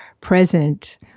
present